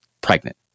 pregnant